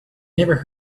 never